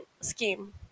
scheme